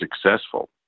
successful